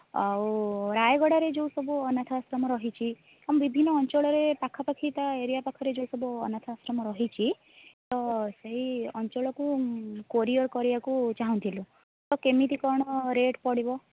ଆଉ ରାୟଗଡ଼ାରେ ଯେଉଁ ସବୁ ଅନାଥ ଆଶ୍ରମ ରହିଛି ବିଭିନ୍ନ ଅଞ୍ଚଳରେ ପାଖାପାଖି ତା ଏରିଆ ପାଖରେ ଯେଉଁ ସବୁ ଅନାଥ ଆଶ୍ରମ ରହିଛି ତ ସେହି ଅଞ୍ଚଳକୁ କୋରିୟର୍ କରିବାକୁ ଚାହୁଁଥିଲୁ ତ କେମିିତି କ'ଣ ରେଟ୍ ପଡ଼ିବ